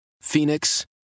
Phoenix